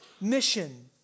mission